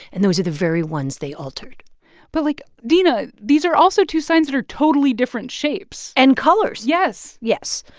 and those are the very ones they altered but, like, dina, these are also two signs that are totally different shapes and colors yes yes.